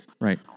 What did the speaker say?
Right